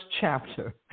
chapter